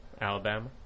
Alabama